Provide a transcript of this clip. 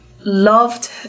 loved